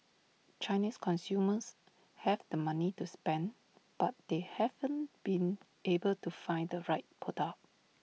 Chinese consumers have the money to spend but they haven't been able to find the right product